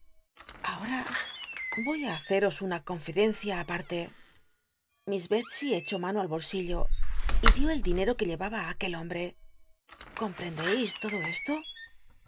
un o á haceros una confidencia apar sito ahora y e miss betsey echó mano al bolsillo y dió el l dineo que llel'aba á aquel hombre comprendeis todo esto